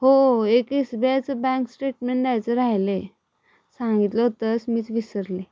हो एक S B आयचं बँक स्टेटमेंट द्यायचं राहिलंय सांगितलं होतस मीच विसरले